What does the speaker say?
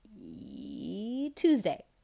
Tuesday